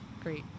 great